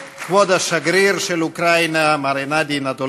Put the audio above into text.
(מחיאות כפיים) כבוד השגריר של אוקראינה,